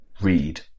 read